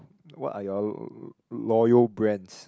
what are your loyal brands